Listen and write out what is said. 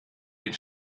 den